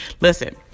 Listen